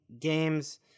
games